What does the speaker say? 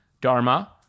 Dharma